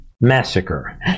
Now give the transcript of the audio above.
massacre